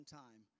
time